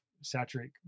saturate